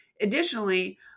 Additionally